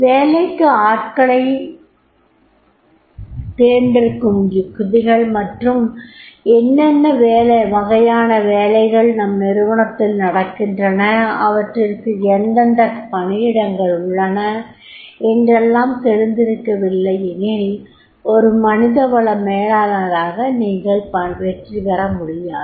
வேலைக்கு ஆட்களைத் தேர்ந்தெடுக்கும் யுக்திகள் மற்றும் என்னென்ன வகையான வேலைகள் நம் நிறுவனத்தில் நடக்கின்றன அவற்றிற்கு எந்தெந்த பணியிடங்கள் உள்ளன என்றெல்லாம் தெரிந்திருக்கவில்லையெனில் ஒரு மனித வள மேலாளராக நீங்கள் வெற்றிபெற முடியாது